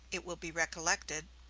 it will be recollected,